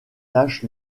tâches